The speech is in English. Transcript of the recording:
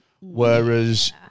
Whereas